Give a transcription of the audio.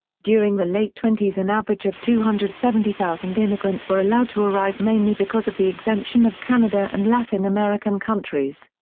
during the late twenties an average of two hundred and seventy thousand immigrants were allowed to arrive mainly because of the exemption of canada and latin american countries.